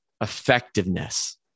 effectiveness